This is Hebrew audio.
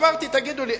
אמרתי: תגידו לי,